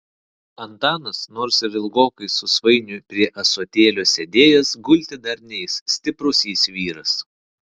antanas nors ir ilgokai su svainiu prie ąsotėlio sėdėjęs gulti dar neis stiprus jis vyras